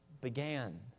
began